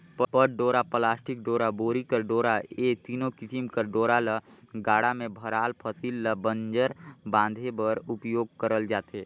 पट डोरा, पलास्टिक डोरा, बोरी कर डोरा ए तीनो किसिम कर डोरा ल गाड़ा मे भराल फसिल ल बंजर बांधे बर उपियोग करल जाथे